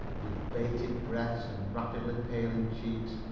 with bated breaths and rapidly paling cheeks,